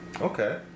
okay